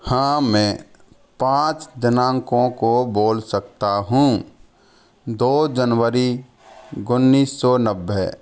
हाँ मैं पाँच दिनांकों को बोल सकता हूँ दो जनवरी उन्नीस सौ नब्बे